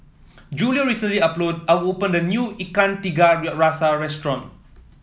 Julio recently are opened a new Ikan Tiga Rasa restaurant